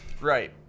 right